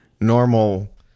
normal